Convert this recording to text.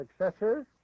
successors